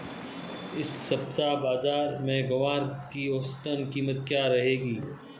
इस सप्ताह बाज़ार में ग्वार की औसतन कीमत क्या रहेगी?